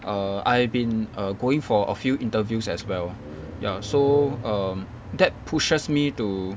err I have been err going for a few interviews as well ya so um that pushes me to